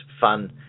fun